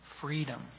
Freedom